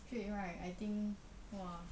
straight right I think !wah!